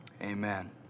amen